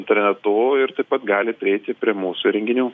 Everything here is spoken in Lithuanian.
internetu ir taip pat gali prieiti prie mūsų įrenginių